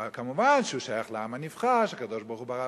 מובן שהוא שייך לעם הנבחר שהקדוש-ברוך-הוא ברא,